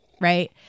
right